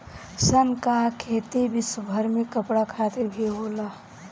सन कअ खेती विश्वभर में कपड़ा खातिर भी होला